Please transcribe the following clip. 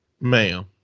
Ma'am